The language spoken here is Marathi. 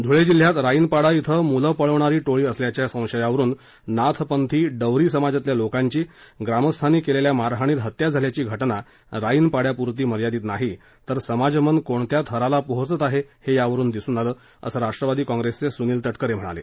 धुळे जिल्ह्यात राईनपाडा ििं मुल पळवणारी टोळी असल्याच्या संशयावरून नाथ पंथी डवरी समाजातल्या लोकांची ग्रामस्थांनी केलेल्या मारहाणीत हत्या झाल्याची घटना राईनपाङ्यापुरती मर्यादित नाही तर समाजमन कोणत्या थराला पोहोचत आहे हे यावरून दिसून आलं असं राष्ट्रवादी काँप्रेसचे सुनील तटकरे म्हणाले